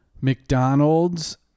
McDonald's